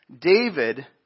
David